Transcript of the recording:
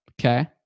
okay